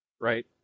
Right